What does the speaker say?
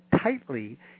tightly